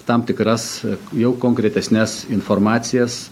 tam tikras jau konkretesnes informacijas